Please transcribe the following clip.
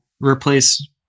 replace